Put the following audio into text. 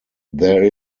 there